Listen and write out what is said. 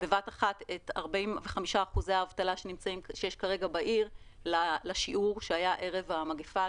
בבת אחת 45% האבטלה שיש כרגע בעיר לשיעור שהיה ערב המגיפה,